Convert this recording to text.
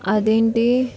అదేంటి